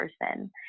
person